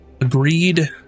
agreed